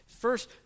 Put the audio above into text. First